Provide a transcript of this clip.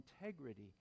integrity